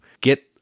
get